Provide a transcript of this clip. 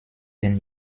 den